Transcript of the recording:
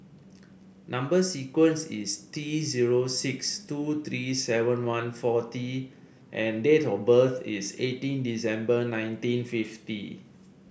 number sequence is T zero six two three seven one four T and date of birth is eighteen December nineteen fifty